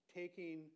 taking